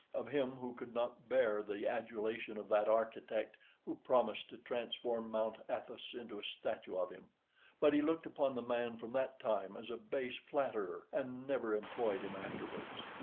of him who could not bear the adulation of that architect who promised to transform mount athos into a statue of him but he looked upon the man from that time as a base flatterer, and never employed him afterwards.